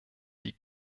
die